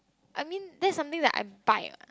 I mean that's like something I bite